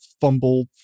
fumble